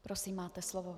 Prosím, máte slovo.